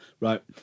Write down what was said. right